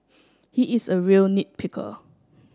he is a real nit picker